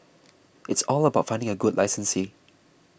it's all about finding a good licensee